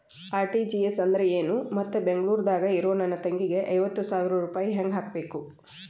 RTGS ಅಂದ್ರ ಏನು ಮತ್ತ ಬೆಂಗಳೂರದಾಗ್ ಇರೋ ನನ್ನ ತಂಗಿಗೆ ಐವತ್ತು ಸಾವಿರ ರೂಪಾಯಿ ಹೆಂಗ್ ಹಾಕಬೇಕು?